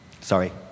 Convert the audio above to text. Sorry